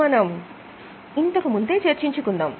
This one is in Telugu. మనము ఇంతకుముందే చర్చించుకున్నాం